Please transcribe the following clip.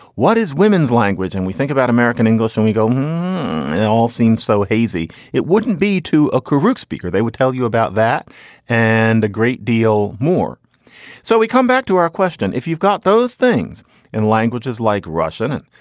what is women's language? and we think about american english when and we go. it all seems so hazy. it wouldn't be to a corrupt speaker, they would tell you about that and a great deal more so we come back to our question. if you've got those things in languages like russian and